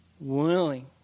willing